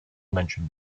mentioned